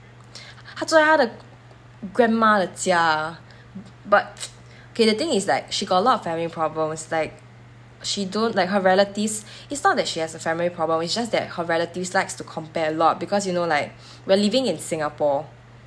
她住在她的 grandma 的家 but okay the thing is that she got a lot of family problems like she don't like her relatives is not that she has a family problem is just that have relatives likes to compare a lot because you know like we're living in singapore